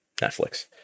Netflix